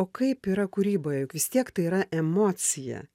o kaip yra kūryboje juk vis tiek tai yra emocija